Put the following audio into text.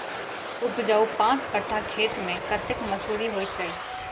उपजाउ पांच कट्ठा खेत मे कतेक मसूरी होइ छै?